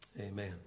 Amen